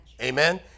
Amen